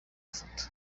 foto